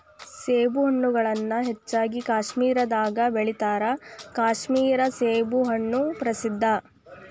ಸೇಬುಹಣ್ಣುಗಳನ್ನಾ ಹೆಚ್ಚಾಗಿ ಕಾಶ್ಮೇರದಾಗ ಬೆಳಿತಾರ ಕಾಶ್ಮೇರ ಸೇಬುಹಣ್ಣು ಪ್ರಸಿದ್ಧ